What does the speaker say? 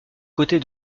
côtés